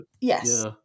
yes